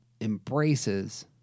embraces